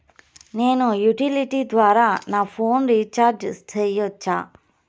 నేను యుటిలిటీ ద్వారా నా ఫోను రీచార్జి సేయొచ్చా?